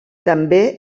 també